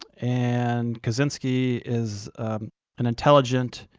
and kaczynski is an intelligent,